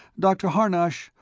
dr. harnosh,